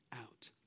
out